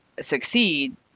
succeed